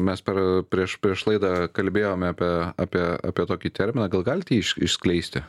mes per prieš prieš laidą kalbėjome apie apie apie tokį terminą gal galite jį iš išskleisti